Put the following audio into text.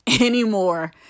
anymore